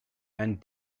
and